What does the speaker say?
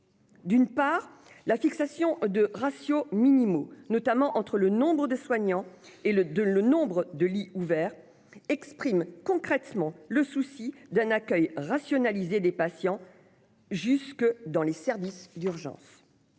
D'une part, la fixation de ratios minimaux, notamment entre le nombre de soignants et le nombre de lits ouverts, exprime concrètement le souci d'un accueil rationalisé des patients jusque dans les services d'urgence.